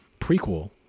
prequel